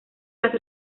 las